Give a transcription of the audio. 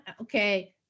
okay